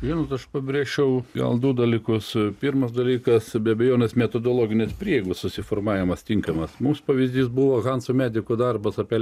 žinot aš pabrėžčiau gal du dalykus pirmas dalykas be abejonės metodologinės prieigos susiformavimas tinkamas mums pavyzdys buvo hanso mediko darbas apie